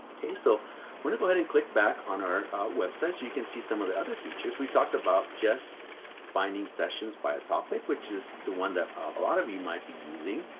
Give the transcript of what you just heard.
okay, so we're gonna go ahead and click back on our website. so you can see some of the other features. we talked about just finding sessions by a topic, which is the one that a lot of you might be using.